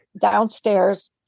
downstairs